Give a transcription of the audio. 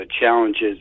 challenges